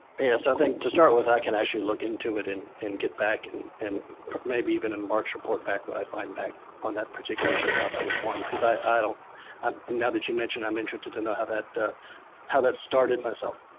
yeah, so i think to start with, i can actually look into it and and get back and and maybe even in march, report back what i find back on that particular issue and how that was formed, because i don't um now that you mentioned it, i'm interested to know how that how that started myself.